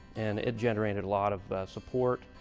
and it generated a lot of support.